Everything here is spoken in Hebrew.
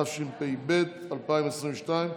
התשפ"ב 2022,